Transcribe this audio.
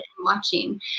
watching